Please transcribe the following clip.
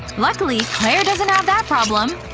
luckily clair doesn't have that problem.